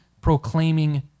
proclaiming